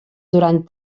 durant